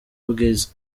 ubwiza